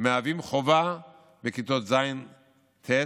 חובה בכיתות ז' ט'